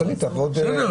אז --- בסדר,